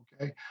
okay